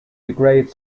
degrade